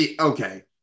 okay